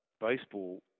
Baseball